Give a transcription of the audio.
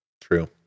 True